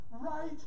right